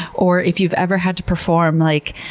or if you've ever had to perform, like,